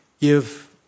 give